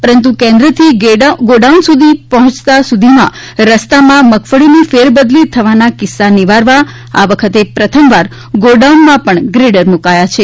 પરંતુ કેન્દ્રથી ગોડાઉન પહોંચતા સુધીમાં રસ્તામાં મગફળીની ફેરબદલી થવાના કિસ્સા નિવારવા આ વખતે પ્રથમવાર ગોડાઉનમાં પણ ગ્રેડર મૂકાયા છે